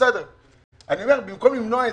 במקום לתת